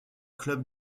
clubs